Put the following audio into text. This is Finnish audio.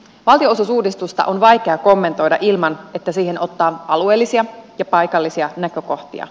valtionosuusuudistusta on vaikea kommentoida ilman että siihen ottaa alueellisia ja paikallisia näkökohtia